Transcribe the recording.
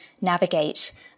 navigate